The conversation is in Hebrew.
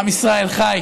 עם ישראל חי.